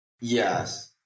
Yes